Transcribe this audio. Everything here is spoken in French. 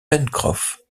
pencroff